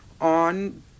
on